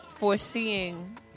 Foreseeing